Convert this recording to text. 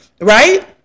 right